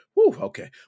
Okay